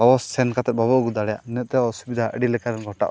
ᱵᱟᱵᱚ ᱥᱮᱱ ᱠᱟᱛᱮᱫ ᱵᱟᱵᱚ ᱟᱹᱜᱩ ᱫᱟᱲᱮᱭᱟᱜᱼᱟ ᱤᱱᱟᱹᱜᱛᱮ ᱚᱥᱵᱤᱫᱟ ᱟᱹᱰᱤᱞᱮᱠᱟᱱ ᱜᱷᱚᱴᱟᱣᱚᱜᱼᱟ